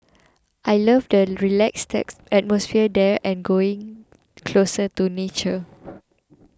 I love the relaxed atmosphere there and being closer to nature